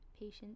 patience